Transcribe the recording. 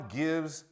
gives